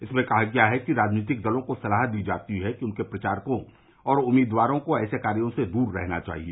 इसमें कहा गया है कि राजनीतिक दलों को सलाह दी जाती है कि उनके प्रचारकों और उम्मीदवारों को ऐसे कार्यो से दूर रहना चाहिए